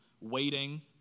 waiting